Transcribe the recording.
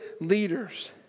leaders